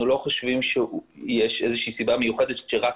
אנחנו לא חושבים שיש איזה שהיא סיבה מיוחדת שרק